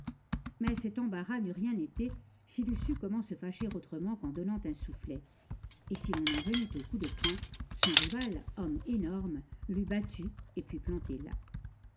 mais cet embarras n'eût rien été s'il eût su comment se fâcher autrement qu'en donnant un soufflet et si l'on en venait aux coups de poing son rival homme énorme l'eût battu et puis planté là